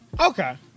Okay